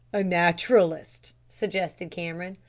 a naturalist, suggested cameron.